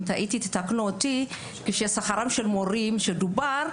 אבל כששכר המורים דובר,